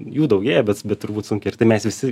jų daugėja bet bet turbūt sunkiai ir tai mes visi